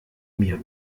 mir